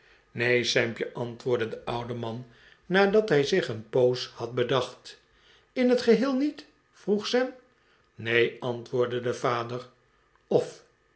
neen sampje antwoordde de oude man nadat hij zich een poos had bedacht in het geheel niet vroeg sam neen antwoordde de vader of